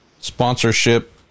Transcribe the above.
sponsorship